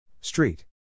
Street